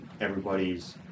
everybody's